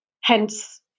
hence